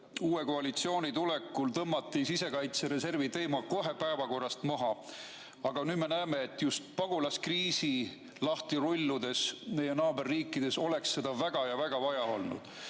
uue koalitsiooni tulekul tõmmati sisekaitse reservi teema kohe päevakorrast maha. Aga nüüd me näeme, et just pagulaskriisi meie naaberriikides lahti rulludes oleks seda väga ja väga vaja olnud.